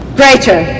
greater